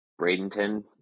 Bradenton